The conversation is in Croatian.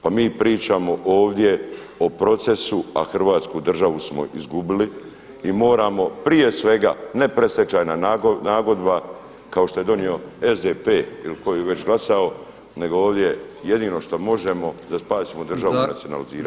Pa mi pričamo ovdje o procesu, a Hrvatsku državu smo izgubili i moramo prije svega ne predstečajna nagodba kao što je donio SDP-e ili tko je već glasao, nego ovdje jedino što možemo da spasimo državu nacionalizirati.